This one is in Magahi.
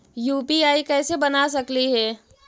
यु.पी.आई कैसे बना सकली हे?